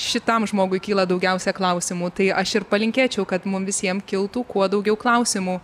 šitam žmogui kyla daugiausia klausimų tai aš ir palinkėčiau kad mum visiem kiltų kuo daugiau klausimų